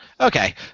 Okay